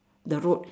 the road